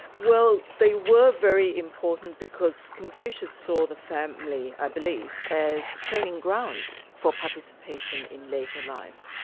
well they were very important because confucius saw the family, i believe, as training ground for participation in later life.